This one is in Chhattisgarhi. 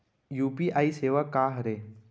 यू.पी.आई सेवा का हरे?